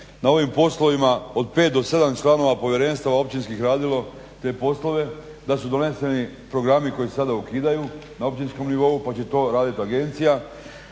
na ovim poslovima od 5 do 7 članova povjerenstava općinskih radilo te poslove, da su doneseni programi koji se sada ukidaju na općinskom nivou pa će to radit agencija.